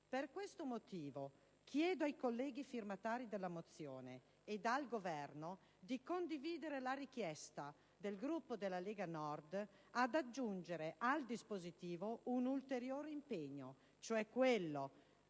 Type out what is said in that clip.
Per questo motivo chiedo ai colleghi firmatari della mozione di condividere la richiesta del Gruppo della Lega Nord ed aggiungere al dispositivo un ulteriore impegno, cioè quello